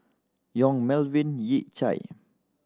Yong Melvin Yik Chye